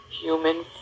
human